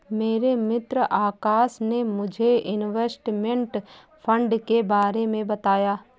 मेरे मित्र आकाश ने मुझे इनवेस्टमेंट फंड के बारे मे बताया